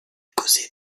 causer